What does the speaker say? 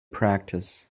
practice